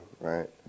right